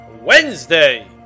Wednesday